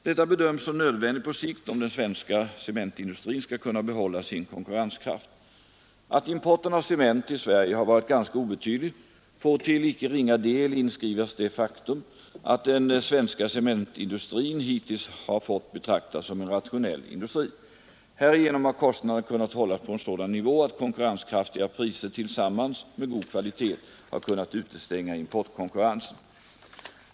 Detta bedömes som nödvändigt på sikt om den svenska cementindustrin skall kunna behålla sin konkurrenskraft. Att importen av cement till Sverige har varit ganska obetydlig får till icke ringa del tillskrivas det faktum att den svenska cementindustrin hittills har fått betraktas som en rationell industri. Härigenom har kostnaderna kunnat hållas på en sådan nivå att konkurrenskraftiga priser tillsammans med god kvalitet har kunnat utestänga importkonkurrensen.